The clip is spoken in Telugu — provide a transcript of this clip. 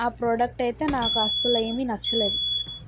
ఆ ప్రోడక్ట్ అయితే నాకు అస్సలు ఏమీ నచ్చలేదు